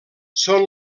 són